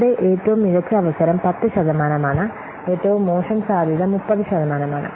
ഇവിടെ ഏറ്റവും മികച്ച അവസരം 10 ശതമാനമാണ് ഏറ്റവും മോശം സാധ്യത 30 ശതമാനമാണ്